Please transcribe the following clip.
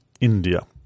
India